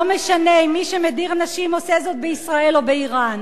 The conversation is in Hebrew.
לא משנה אם מי שמדיר נשים עושה זאת בישראל או באירן.